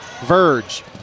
Verge